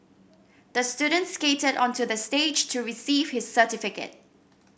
the students skated onto the stage to receive his certificate